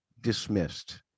dismissed